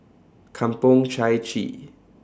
Kampong Chai Chee